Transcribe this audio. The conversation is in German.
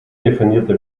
definierte